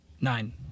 Nine